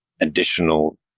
additional